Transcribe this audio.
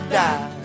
die